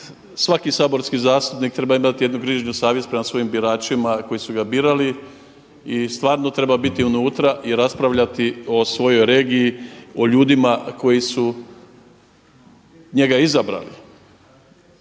svaki saborski zastupnik treba imati jednu grižnju savjesti prema svojim biračima koji su ga birali i stvarno treba biti unutra i raspravljati o svojoj regiji, o ljudima koji su njega izabrali.